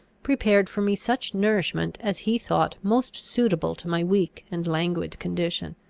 prepared for me such nourishment as he thought most suitable to my weak and languid condition.